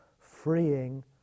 freeing